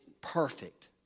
perfect